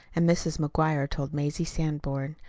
and mrs. mcguire told mazie sanborn,